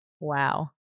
Wow